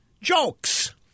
jokes